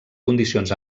condicions